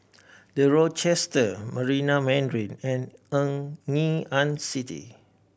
The Rochester Marina Mandarin and Ngee Ann City